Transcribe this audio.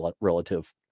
relative